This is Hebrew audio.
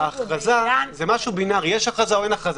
ההכרזה היא משהו בינארי: יש הכרזה או אין הכרזה.